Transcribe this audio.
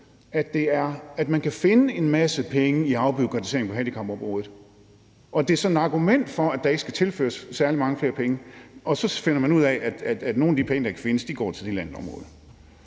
at vide, at man kan finde en masse penge i afbureaukratisering på handicapområdet, og når det er sådan et argument for, at der ikke skal tilføres særlig mange flere penge? Og så finder man ud af, at nogle af de penge, der kan findes, går til et helt andet område.